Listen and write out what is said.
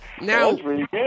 Now